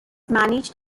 managed